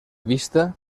vista